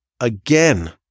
again